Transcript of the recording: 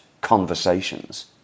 conversations